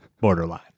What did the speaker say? borderline